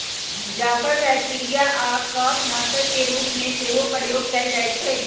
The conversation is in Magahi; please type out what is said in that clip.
जाफर बैक्टीरिया आऽ कफ नाशक के रूप में सेहो प्रयोग कएल जाइ छइ